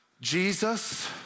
Jesus